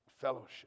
fellowship